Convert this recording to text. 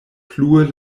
plue